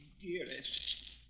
dearest